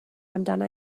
amdana